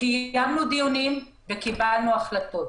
קיימנו דיונים וקיבלנו החלטות.